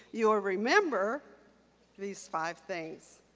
you'll remember these five things,